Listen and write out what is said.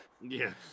Yes